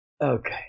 Okay